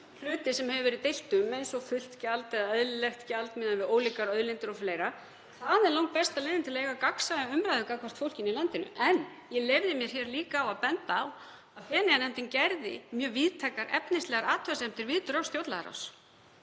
hluti sem deilt hefur verið um, eins og fullt gjald eða eðlilegt gjald miðað við ólíkar auðlindir og fleira. Það er langbesta leiðin til að eiga gagnsæja umræðu gagnvart fólkinu í landinu. En ég leyfði mér líka að benda á að Feneyjanefndin gerði mjög víðtækar efnislegar athugasemdir við drög stjórnlagaráðs